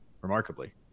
remarkably